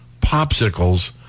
popsicles